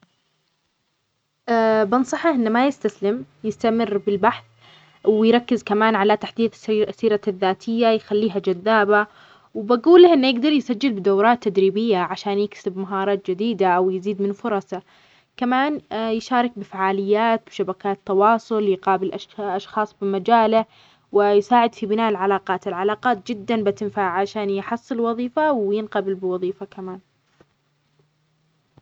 بنصحه إنه ما يستسلم، يستمر بالبحث ويركز كمان على تحديث سير-سسرة السيرته الذاتية يخليها جذابة، وبقولها إنه يقدر يسجل بدورات تدريبية عشان يكسب مهارات جديدة أو يزيد من فرصه، كمان يشارك بفعاليات بشبكات تواصل، يقابل أش- أشخاص بمجاله ويساعد في بناء العلاقات، العلاقات جدا بتنفعها عشان يحصل وظيفة وينقبل بوظيفة كمان.